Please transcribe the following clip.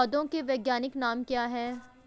पौधों के वैज्ञानिक नाम क्या हैं?